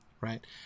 right